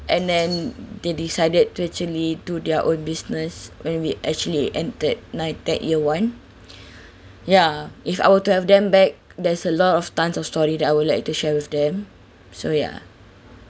and then they decided to actually do their own business when we actually entered NITEC year one ya if I were to have them back there's a lot of tons of story that I would like to share with them so ya